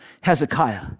Hezekiah